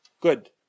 Good